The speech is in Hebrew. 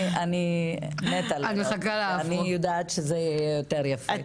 אני מתה לראות ואני יודעת שזה יהיה יותר יפה.